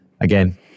Again